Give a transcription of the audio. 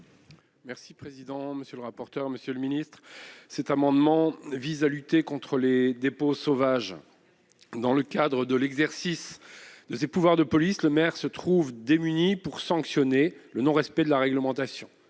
ainsi libellé : La parole est à M. Olivier Jacquin. Cet amendement vise à lutter contre les dépôts sauvages. Dans le cadre de l'exercice de ses pouvoirs de police, le maire se trouve démuni pour sanctionner le non-respect de la réglementation